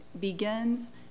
begins